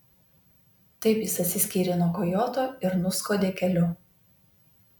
taip jis atsiskyrė nuo kojoto ir nuskuodė keliu